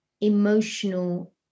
emotional